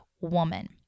woman